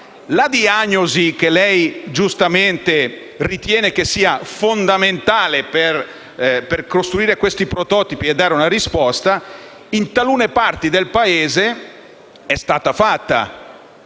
La diagnosi, che lei giustamente ritiene essere fondamentale per costruire questi prototipi e dare una risposta, in talune parti del Paese è stata fatta.